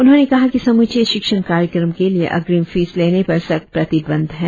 उन्होंने कहा कि समूचे शिक्षण कार्यक्रम के लिए अग्रिम फीस लेने पर सख्त प्रतिबंध है